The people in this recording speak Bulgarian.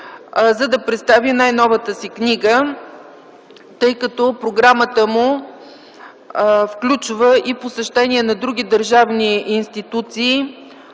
за да представи най-новата си книга. Тъй като програмата му включва и посещение на други държавни институции,